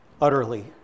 utterly